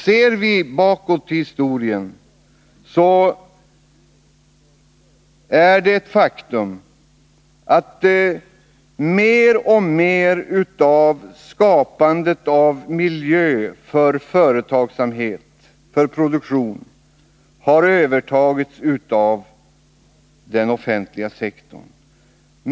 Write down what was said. Ser vi bakåt i historien är det ett faktum att mer och mer av miljöskapandet för företagsamhet och produktion har övertagits av den offentliga sektorn.